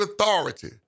authority